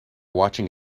watching